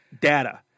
Data